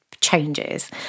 changes